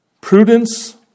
Prudence